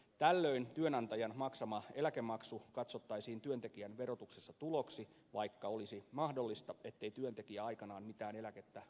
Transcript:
tällöin työnantajan maksama eläkemaksu katsottaisiin työntekijän verotuksessa tuloksi vaikka olisi mahdollista ettei työntekijä aikanaan mitään eläkettä nostaisikaan